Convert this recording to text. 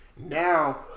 Now